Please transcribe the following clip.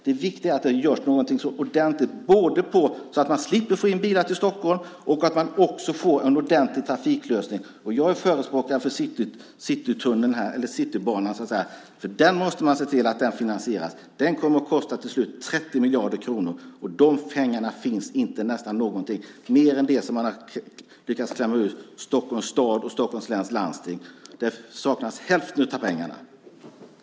Det viktiga är att det görs något ordentligt, både så att man slipper få in bilar till Stockholm och så att man får en ordentlig trafiklösning. Jag är förespråkare för Citybanan. Man måste se till att den finansieras. Den kommer till slut att kosta 30 miljarder kronor. De pengarna finns det nästan inte något av, mer än det som man har lyckats klämma ur Stockholms stad och Stockholms läns landsting. Hälften av pengarna saknas.